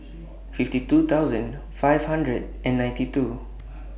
fifty two thousand five hundred and ninety two